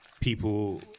people